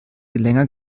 länger